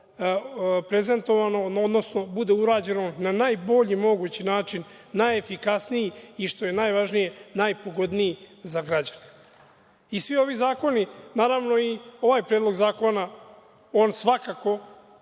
prezentovano, odnosno bude urađeno na najbolji mogući način, najefikasniji, i što je najvažnije, najpogodniji za građane. Svi ovi zakoni, naravno, i ovaj predlog zakona, on svakako